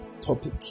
topic